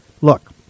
Look